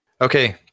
Okay